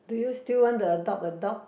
do you still want to adopt a dog